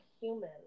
human